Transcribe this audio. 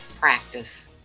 practice